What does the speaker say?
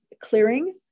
clearing